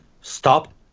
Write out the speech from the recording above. stop